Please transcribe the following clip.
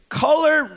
color